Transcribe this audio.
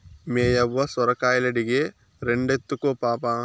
మేయవ్వ సొరకాయలడిగే, రెండెత్తుకో పాపా